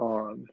on